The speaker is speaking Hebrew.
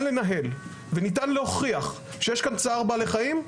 לנהל וניתן להוכיח שיש כאן צער בעלי חיים,